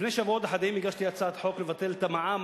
לפני שבועות אחדים הגשתי הצעת חוק לבטל את המע"מ